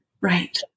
right